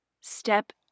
step